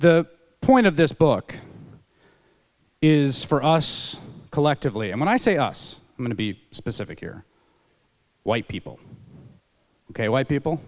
the point of this book is for us collectively and when i say us i mean to be specific here white people ok white people